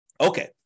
Okay